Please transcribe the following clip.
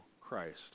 Christ